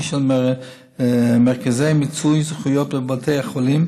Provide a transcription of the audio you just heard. של מרכזי מיצוי זכויות בבתי החולים,